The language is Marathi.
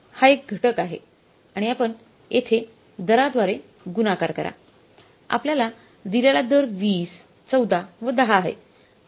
आणि हा एक घटक आहे आणि आपण येथे दराद्वारे गुणाकार करा आपल्याला दिलेला दर 20 14 व 10 आहे